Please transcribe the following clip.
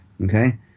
okay